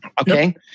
Okay